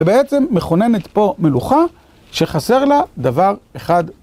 ובעצם מכוננת פה מלוכה, שחסר לה דבר אחד.